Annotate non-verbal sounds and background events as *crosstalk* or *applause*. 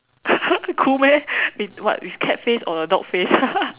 *laughs* cool meh what with cat face or a dog face *laughs*